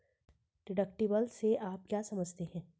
Deductible से आप क्या समझते हैं?